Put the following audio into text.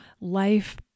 Life